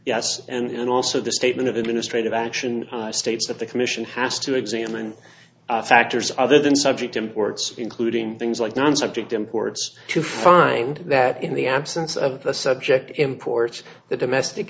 yes and also the statement of administrative action states that the commission has to examine factors other than subject imports including things like non subject imports to find that in the absence of the subject imports the domestic